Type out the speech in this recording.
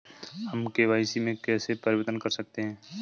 हम के.वाई.सी में कैसे परिवर्तन कर सकते हैं?